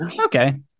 Okay